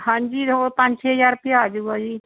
ਹਾਂਜੀ ਉਹ ਪੰਜ ਛੇ ਹਜ਼ਾਰ ਰੁਪਇਆ ਆ ਜਾਵੇਗਾ ਜੀ